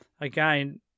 again